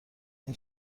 این